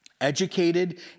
educated